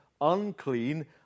unclean